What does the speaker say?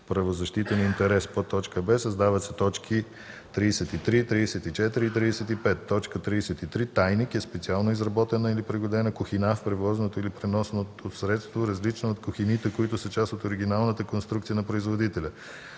правнозащитен интерес.“ б) Създават се т. 33, 34 и 35: „33. „Тайник” е специално изработена или пригодена кухина в превозното или преносното средство, различна от кухините, които са част от оригиналната конструкция на производителя.